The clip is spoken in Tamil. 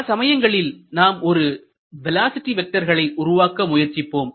பல சமயங்களில் நாம் ஒரு வேலோஸிட்டி வெக்டர்களை உருவாக்க முயற்சிப்போம்